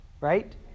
right